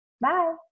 Bye